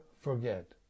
forget